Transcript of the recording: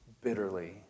bitterly